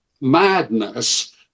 madness